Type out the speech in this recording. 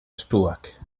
estuak